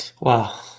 Wow